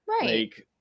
right